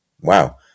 wow